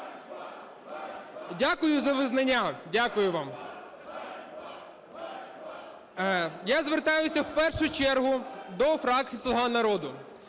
Дякую вам. Я звертаюся в першу чергу до фракції "Слуга народу".